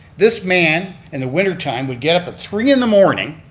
this man in the winter time, would get up at three in the morning,